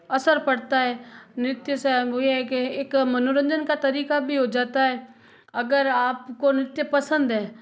असर पड़ता है नृत्य से ये वो है कि एक मनोरंजन का तरीका भी हो जाता है अगर आपको नृत्य पसंद है